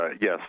yes